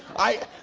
i